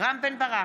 רם בן ברק,